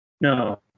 No